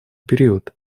период